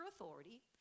authority